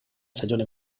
stagione